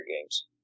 games